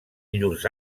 llurs